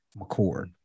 McCord